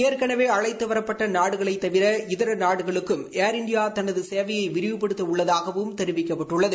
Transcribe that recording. ஏற்கனவே அழைத்துவரப்பட்ட நாடுகளைத் தவிர இதர நாடுகளுக்கும் ஏர் இண்டியா தனது சேவையை விரிவுபடுத்த உள்ளதாகவும் தெரிவிக்கப்பட்டுள்ளது